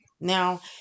Now